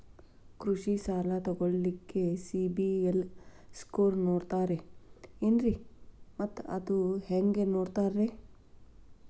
ಕೃಷಿ ಸಾಲ ತಗೋಳಿಕ್ಕೆ ಸಿಬಿಲ್ ಸ್ಕೋರ್ ನೋಡ್ತಾರೆ ಏನ್ರಿ ಮತ್ತ ಅದು ಹೆಂಗೆ ನೋಡ್ತಾರೇ?